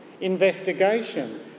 investigation